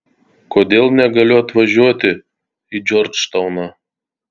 kodėl negaliu atvažiuoti į džordžtauną